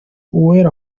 uwera